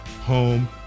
home